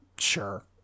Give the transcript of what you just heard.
sure